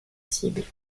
cible